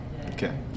Okay